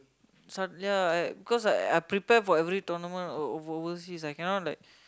suddenly ya I I cause I prepare for every tournament overseas I cannot like